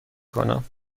کنم